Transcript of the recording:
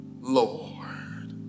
Lord